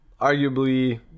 arguably